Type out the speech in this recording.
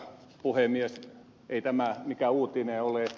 ei tämä mikään uutinen ole